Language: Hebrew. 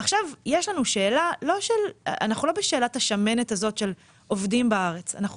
עכשיו אנחנו לא בשאלת השמנת הזאת של עובדים בארץ אלא אנחנו